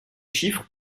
chiffres